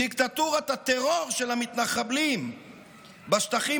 דיקטטורת הטרור של המתנחבלים בשטחים